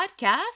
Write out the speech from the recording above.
podcast